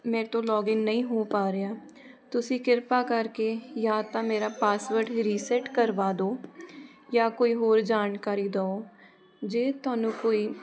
ਮੇਰੇ ਤੋਂ ਲੋਗਿਨ ਨਹੀਂ ਹੋ ਪਾ ਰਿਹਾ ਤੁਸੀਂ ਕਿਰਪਾ ਕਰਕੇ ਜਾਂ ਤਾਂ ਮੇਰਾ ਪਾਸਵਰਡ ਰੀਸੈਟ ਕਰਵਾ ਦਿਓ ਜਾਂ ਕੋਈ ਹੋਰ ਜਾਣਕਾਰੀ ਦਓ ਜੇ ਤੁਹਾਨੂੰ ਕੋਈ